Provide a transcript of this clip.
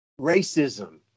racism